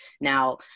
Now